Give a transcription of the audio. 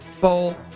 Bowl